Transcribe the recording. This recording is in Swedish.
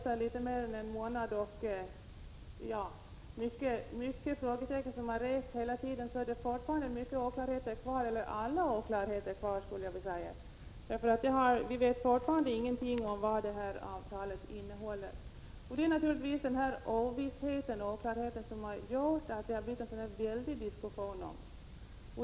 Efter litet mer än en månad, då många frågetecken har satts, kvarstår många oklarheter, eller alla, skulle jag vilja säga. Vi vet nämligen fortfarande ingenting om vad avtalet innehåller. Det är naturligtvis denna ovisshet som är anledningen till att det har blivit en sådan här diskussion.